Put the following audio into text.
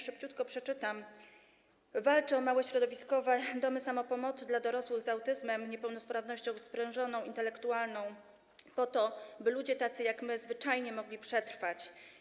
Szybciutko przeczytam: Walczę o małe środowiskowe domy samopomocy dla dorosłych z autyzmem, niepełnosprawnością sprzężoną i intelektualną po to, by ludzie tacy jak my zwyczajnie mogli przetrwać.